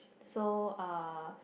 so uh